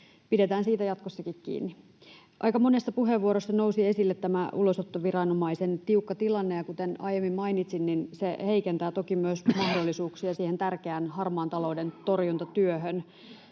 Pidetään siitä jatkossakin kiinni. Aika monessa puheenvuorossa nousi esille tämä ulosottoviranomaisen tiukka tilanne, ja kuten aiemmin mainitsin, se heikentää toki myös mahdollisuuksia siihen tärkeään harmaan talouden torjuntatyöhön.